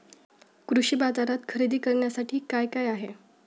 कृषी बाजारात खरेदी करण्यासाठी काय काय आहे?